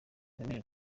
waremwe